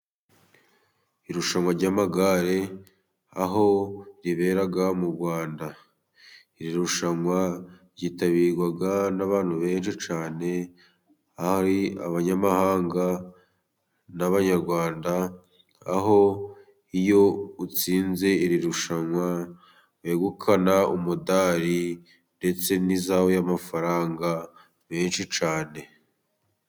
Irushanwa ry'amagare aho ribera mu Rwanda. Iri rushanwa ryitabirwa n'abantu benshi cyane; ari abanyamahanga n'abanyarwanda, aho iyo utsinze iri rushanwa wegukana umudali, ndetse n'izahabu y'amafaranga menshi cyane.